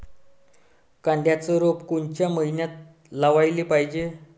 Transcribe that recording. कांद्याचं रोप कोनच्या मइन्यात लावाले पायजे?